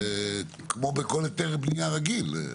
כמו בכל היתר בנייה רגיל?